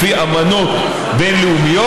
לפי אמנות בין-לאומיות,